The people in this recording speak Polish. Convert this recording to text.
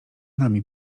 nami